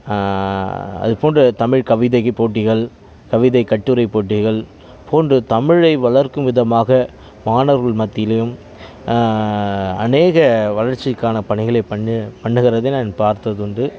அது போன்ற தமிழ் கவிதைக்கு போட்டிகள் கவிதை கட்டுரை போட்டிகள் போன்ற தமிழை வளர்க்கும் விதமாக மாணவர்கள் மத்தியிலியும் அநேக வளர்ச்சிக்கான பணிகளை பண்ணு பண்ணுகிறதை நான் பார்த்ததுண்டு